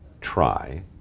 try